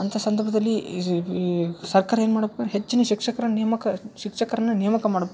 ಅಂಥಾ ಸಂದರ್ಭದಲ್ಲಿ ಸರ್ಕಾರ ಏನ್ಮಾಡಪ್ಪ ಹೆಚ್ಚಿನ ಶಿಕ್ಷಕರನ್ನ ನೇಮಕ ಶಿಕ್ಷಕರನ್ನ ನೇಮಕ ಮಾಡ್ಬೇಕು